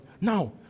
Now